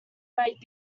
might